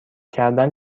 کردن